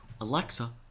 Alexa